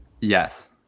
Yes